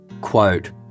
Quote